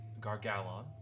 Gargalon